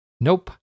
nope